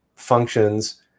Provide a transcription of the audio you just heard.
functions